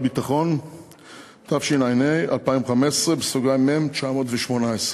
התשע"ה 2015, מ/919,